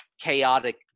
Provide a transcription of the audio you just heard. chaotic